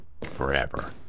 forever